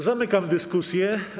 Zamykam dyskusję.